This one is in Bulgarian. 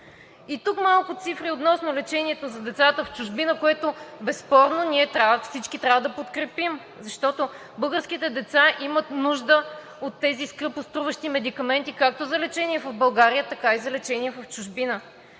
И тук малко цифри относно лечението на децата в чужбина, което, безспорно, всички ние трябва да подкрепим, защото българските деца имат нужда от тези скъпоструващи медикаменти както за лечение в България, така и за лечение в чужбина.